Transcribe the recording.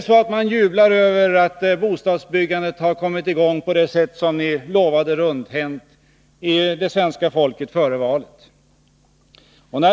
Jublar man över att bostadsbyggandet har kommit i gång på det sätt som ni rundhänt lovade svenska folket före valet?